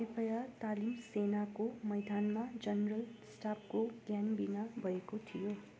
कतिपय तालिम सेनाको मैदानमा जनरल स्टाफको ज्ञानबिना भएको थियो